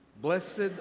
Blessed